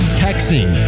texting